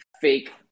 fake